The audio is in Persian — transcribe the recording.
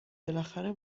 بالاخره